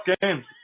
game